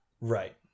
Right